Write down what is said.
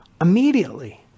immediately